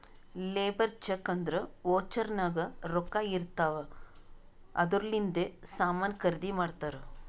labour cheque ಅಂದುರ್ voucher ನಾಗ್ ರೊಕ್ಕಾ ಇರ್ತಾವ್ ಅದೂರ್ಲಿಂದೆ ಸಾಮಾನ್ ಖರ್ದಿ ಮಾಡ್ತಾರ್